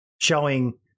showing